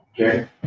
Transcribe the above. Okay